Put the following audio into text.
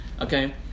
okay